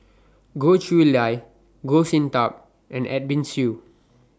Goh Chiew Lye Goh Sin Tub and Edwin Siew